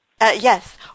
Yes